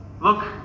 look